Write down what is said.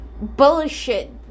bullshit